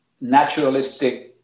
naturalistic